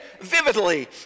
vividly